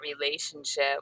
relationship